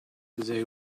they